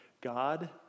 God